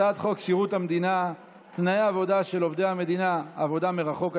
הצעת חוק שירות המדינה (תנאי עבודה של עובדי המדינה) (עבודה מרחוק),